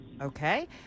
Okay